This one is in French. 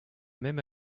même